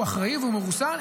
הוא אחראי והוא מרוסן,